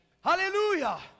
Hallelujah